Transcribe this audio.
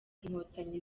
inkotanyi